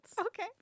Okay